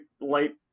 light